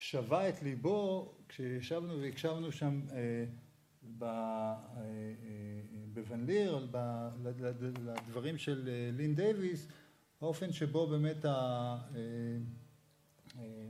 שבה את ליבו כשישבנו והקשבנו שם בבן ליר על הדברים של לין דיוויס האופן שבו ה...